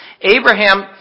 Abraham